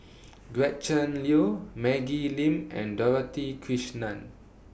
Gretchen Liu Maggie Lim and Dorothy Krishnan